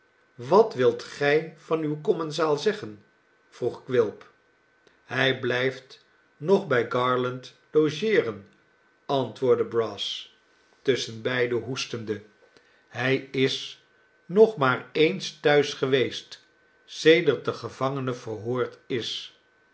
wat wilt gij van uw commensaal zeggen vroeg quilp hij blijft nog bij garland logeeren antwoordde brass tusschenbeide hoestende hij is nog maar eens thuis geweest sedert de gevangene verhoord is